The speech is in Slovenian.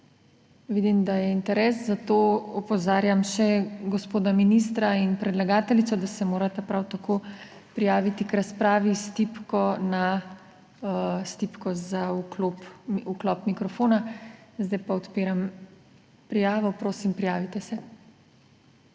Vidim, da je interes, zato opozarjam še gospoda ministra in predlagateljico, da se morata prav tako prijaviti k razpravi s tipko za vklop mikrofona. Zdaj pa odpiram prijavo. Prosim, prijavite se.